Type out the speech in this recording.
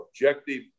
objective